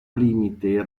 limite